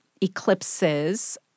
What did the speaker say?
eclipses